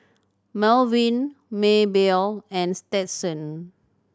Baldwin Maybell and Stetson